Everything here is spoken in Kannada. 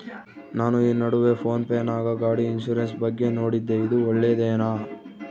ನಾನು ಈ ನಡುವೆ ಫೋನ್ ಪೇ ನಾಗ ಗಾಡಿ ಇನ್ಸುರೆನ್ಸ್ ಬಗ್ಗೆ ನೋಡಿದ್ದೇ ಇದು ಒಳ್ಳೇದೇನಾ?